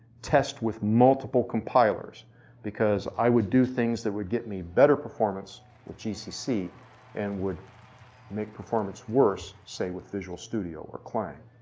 test with multiple compilers because i would do things that would get me better performance with gcc and would make performance worse, say with visual studio or clang.